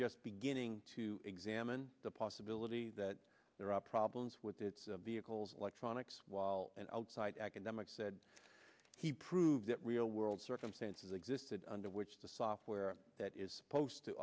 just beginning to examine the possibility that there are problems with its vehicles electronics while an outside academic said he proved that real world circumstances existed under which the software that is supposed to